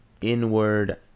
inward